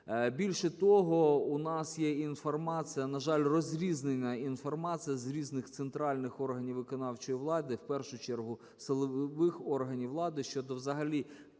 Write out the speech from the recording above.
Більше того, у нас є інформація, на жаль, розрізнення інформації з різних центральних органів виконавчої влади, в першу чергу силових органів влади, щодо взагалі